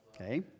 Okay